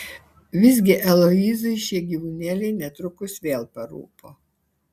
visgi aloyzui šie gyvūnėliai netrukus vėl parūpo